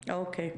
אוקיי.